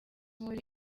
muri